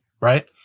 right